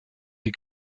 die